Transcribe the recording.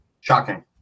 Shocking